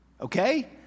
Okay